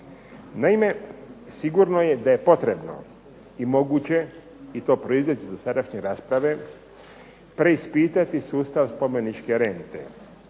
Naime, sigurno je da je potrebno i moguće i to proizlazi iz dosadašnje rasprave preispitati sustav spomeničke rente